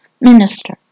minister